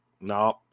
no